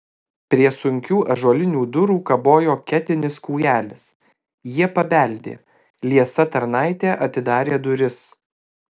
prie sunkių ąžuolinių durų kabojo ketinis kūjelis jie pabeldė liesa tarnaitė atidarė duris